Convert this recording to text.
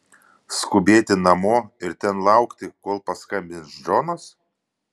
skubėti namo ir ten laukti kol paskambins džonas